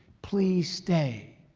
please stay.